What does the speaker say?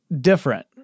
different